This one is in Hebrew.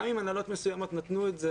גם אם הנהלות מסוימות נתנו את זה